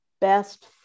best